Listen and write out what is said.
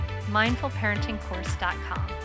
mindfulparentingcourse.com